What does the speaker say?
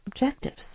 objectives